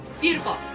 beautiful